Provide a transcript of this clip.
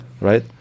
Right